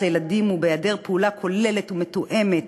לילדים הוא בהיעדר פעולה כוללת ומתואמת.